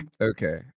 Okay